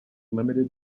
limited